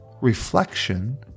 Reflection